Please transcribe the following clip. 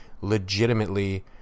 legitimately